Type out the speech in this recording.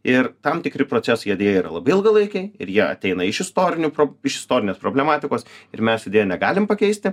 ir tam tikri procesai jie deja yra labai ilgalaikiai ir jie ateina iš istorinių pro iš istorinės problematikos ir mes jų deja negalim pakeisti